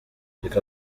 reka